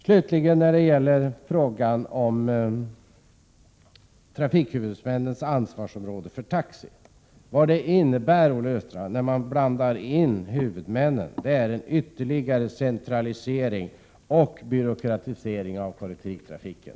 Slutligen när det gäller frågan om trafikhuvudmännens ansvarsområde för taxi. När man blandar in huvudmännen, Olle Östrand, innebär det en ytterligare centralisering och byråkratisering av kollektivtrafiken.